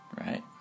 Right